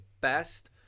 best